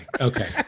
okay